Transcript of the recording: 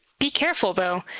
be careful, though!